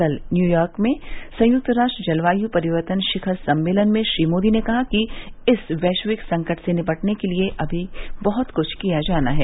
कल न्यूयार्क में संयुक्त राष्ट्र जलवायु परिवर्तन शिखर सम्मेलन में श्री मोदी ने कहा कि इस वैश्विक संकट से निपटने के लिए अभी बहत कृष्ठ किया जाना है